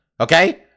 okay